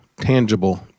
tangible